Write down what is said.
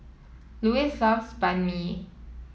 Lois loves Banh Mi